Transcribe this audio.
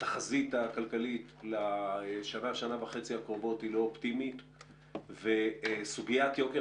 התחזית הכלכלית לשנה-שנה וחצי האחרונות היא לא אופטימית וסוגיית יוקר